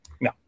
no